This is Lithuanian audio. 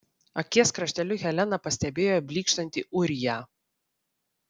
akies krašteliu helena pastebėjo blykštantį ūriją